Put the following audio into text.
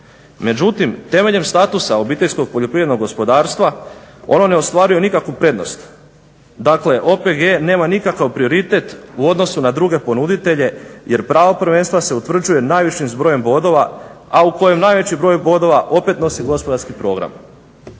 Međutim, temeljem statusa OPG-a ono ne ostvaruje nikakvu prednost, dakle OPG nema nikakav prioritet u odnosu na druge ponuditelje jer pravo prvenstva se utvrđuje najvišim zbrojem bodova, a u kojem najveći broj bodova opet nosi gospodarski program.